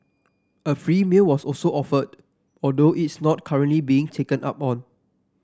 a free meal was also offered although it's not currently being taken up on